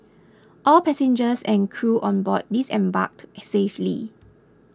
all passengers and crew on board disembarked safely